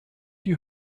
die